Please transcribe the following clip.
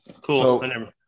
Cool